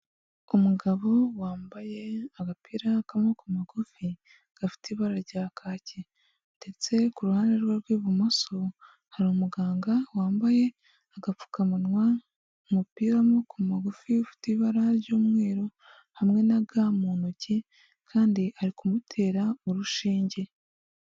Umugabo wambaye agapira k'amaboko magufi gafite ibara rya kaki, ndetse ku ruhande rwe rw'ibumoso hari umuganga wambaye agapfukamunwa, umupira w'amaboko magufi ufite ibara ry'umweru, hamwe na ga mu ntoki kandi ari kumutera urushege.